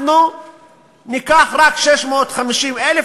אנחנו ניקח רק 650,000,